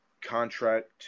contract